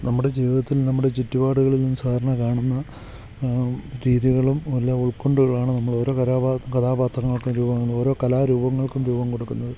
നമ്മുടെ ജീവിതത്തിൽ നമ്മുടെ ചുറ്റുപാടുകളിലും സാധാരണ കാണുന്ന രീതികളും എല്ലാം ഉൾക്കൊണ്ടു വേണം നമ്മൾ ഓരോ കഥാപാത്രങ്ങൾക്കും രൂപം കൊള്ളുന്നത് ഓരോ കലാരൂപങ്ങൾക്കും രൂപം കൊടുക്കുന്നത്